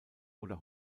oder